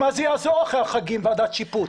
מה זה יעזור אחרי החגים ועדת שיפוט?